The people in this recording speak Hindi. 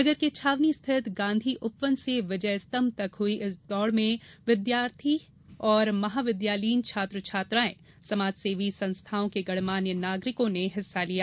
नगर के छावनी स्थित गाँधी उपवन से विजय स्तम्भ तक हुई इस दौड़ में विद्यालय एवं महाविद्यालयीन छात्र छात्राएं समाजसेवी संस्थाओं के गणमान्य नागरिकों ने हिस्सा लिया